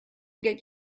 get